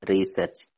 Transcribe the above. Research